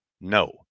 No